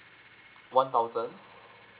one thousand